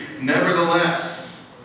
Nevertheless